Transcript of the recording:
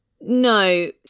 No